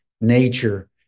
nature